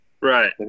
Right